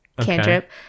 cantrip